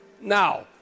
now